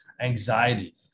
anxiety